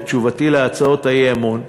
בתשובתי להצעות האי-אמון,